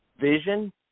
vision